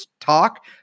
talk